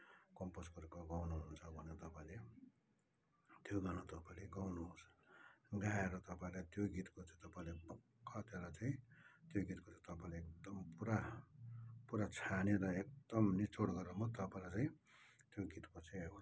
compose गरेको गाउनुहुन्छ भने तपाईँले त्यो गाना तपाईँले गाउनुहोस् गाएर तपाईँलाई त्यो गीतको चाहिँ तपाईँले पक्का त्यसलाई चाहिँ त्यो गीतको चाहिँ तपाईँले एकदम पुरा पुरा छानेर एकदम निचोड गरेर मात्रै तपाईँलाई चाहिँ त्यो गीतको चाहिँ एउटा